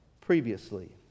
previously